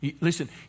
Listen